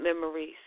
memories